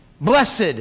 Blessed